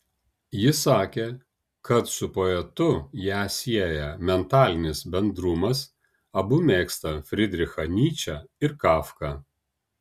ji sakė kad su poetu ją sieja mentalinis bendrumas abu mėgsta frydrichą nyčę ir kafką